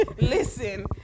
Listen